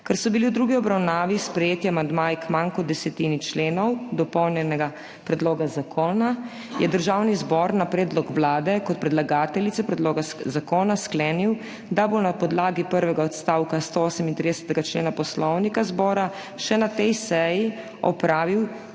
Ker so bili v drugi obravnavi sprejeti amandmaji k manj kot desetini členov dopolnjenega predloga zakona, je Državni zbor na predlog Vlade kot predlagateljice predloga zakona sklenil, da bo na podlagi prvega odstavka 138. člena Poslovnika Državnega zbora še na tej seji opravil tretjo obravnavo